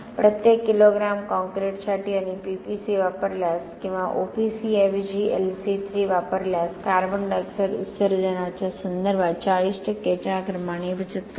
प्रत्येक किलोग्रॅम कॉंक्रिटसाठी आपण पीपीसी वापरल्यास किंवा ओपीसी ऐवजी एलसी3 वापरल्यास कार्बन डायॉक्साइड उत्सर्जनाच्या संदर्भात 40 च्या क्रमाने बचत करतो